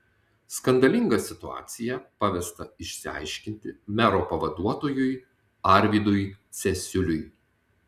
skandalingą situaciją pavesta išsiaiškinti mero pavaduotojui arvydui cesiuliui